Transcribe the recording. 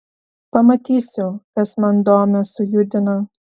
pamatysiu kas man domę sujudina